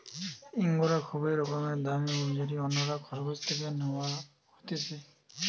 ইঙ্গরা খুবই রকমের দামি উল যেটি অন্যরা খরগোশ থেকে ন্যাওয়া হতিছে